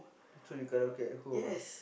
so you karaoke at home